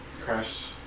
Crash